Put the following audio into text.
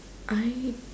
I